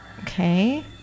Okay